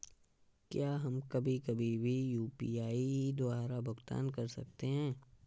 क्या हम कभी कभी भी यू.पी.आई द्वारा भुगतान कर सकते हैं?